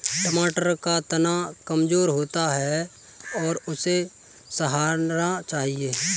टमाटर का तना कमजोर होता है और उसे सहारा चाहिए